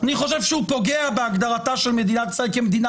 אני חושב שהוא פוגע בהגדרתה של מדינת ישראל כמדינה